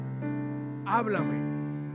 Háblame